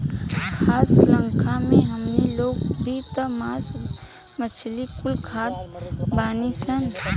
खाद्य शृंख्ला मे हमनी लोग भी त मास मछली कुल खात बानीसन